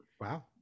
Wow